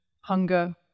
hunger